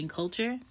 culture